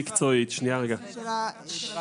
אני מבקשת, נשאיר את זה לאחר כך.